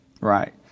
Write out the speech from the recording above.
Right